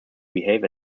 behave